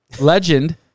legend